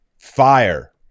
Fire